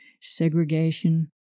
segregation